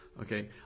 okay